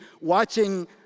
watching